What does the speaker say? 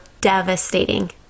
devastating